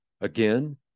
Again